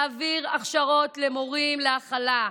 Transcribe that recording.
להעביר הכשרות מורים להכלה,